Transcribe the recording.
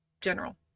general